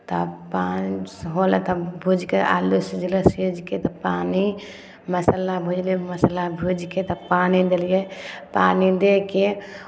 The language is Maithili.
तब पानि होलै तऽ भूजि कऽ आलू सिझलै सीझ कऽ तऽ पानि मसाला भुजलियै मसाला भूजि कऽ तब पानि देलियै पानि दए कऽ